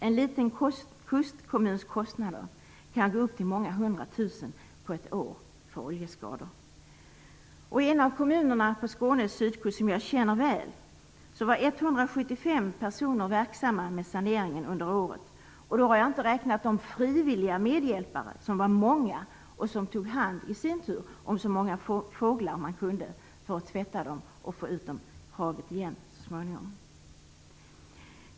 En liten kustkommuns kostnader för oljeskador kan uppgå till många hundra tusen på ett år. I en av kommunerna på Skånes sydkust, som jag känner väl, var 175 personer verksamma med saneringen under året. Då har jag inte räknat med de många frivilliga medhjälparna, som tog hand om så många fåglar de kunde. De tvättade dem och fick så småningom ut dem i havet igen.